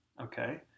Okay